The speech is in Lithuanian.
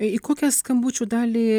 į kokią skambučių dalį